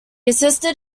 assisted